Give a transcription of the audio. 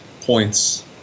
points